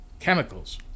chemicals